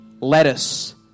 lettuce